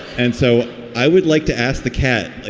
and so i would like to ask the cat. ah